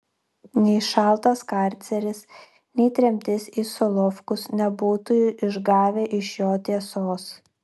nei šaltas karceris nei tremtis į solovkus nebūtų išgavę iš jo tiesos